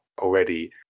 already